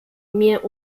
mir